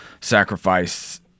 sacrifice